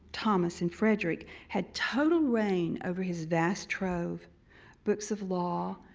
thomas, and frederick had total reign over his vast trove books of law,